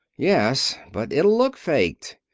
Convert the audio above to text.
yes but it'll look faked.